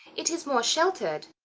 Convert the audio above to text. it is more sheltered.